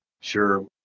Sure